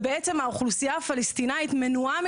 בעצם האוכלוסייה הפלסטינית מנועה